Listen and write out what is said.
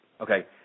Okay